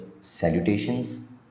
salutations